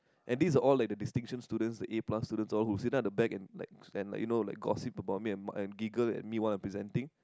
and these are all like the distinction students the A plus students all who sit down at the back and like and like you know like gossip about me and m~ and giggle at me while I'm presenting